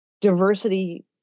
diversity